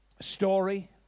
story